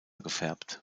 gefärbt